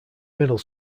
middle